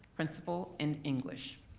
principal, and english.